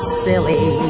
silly